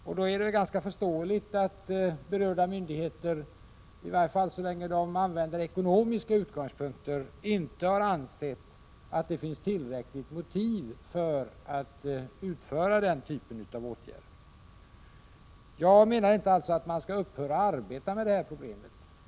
Därför är det ganska förståeligt att berörda myndigheter — i varje fall så länge de har ekonomiska utgångspunkter —- inte har ansett att det finns tillräckliga motiv för att vidta den här typen av åtgärder. Jag menar alltså inte att man skall upphöra med att arbeta med detta problem.